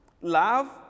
Love